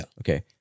Okay